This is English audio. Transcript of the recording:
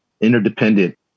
interdependent